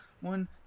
one